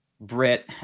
Brit